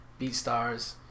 BeatStars